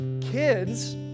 Kids